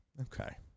Okay